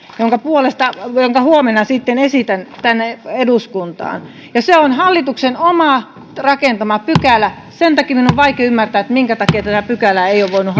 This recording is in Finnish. jonka huomenna sitten esitän tänne eduskuntaan ja se on hallituksen itse rakentama pykälä sen takia minun on vaikea ymmärtää minkä takia tätä pykälää ei ole voinut